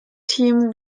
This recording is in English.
team